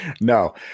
No